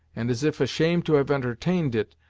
and as if ashamed to have entertained it,